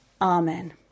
amen